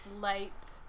light